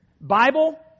Bible